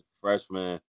freshman